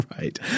Right